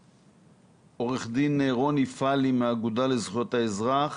עורך דין רוני פלי מהאגודה לזכויות האזרח